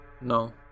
No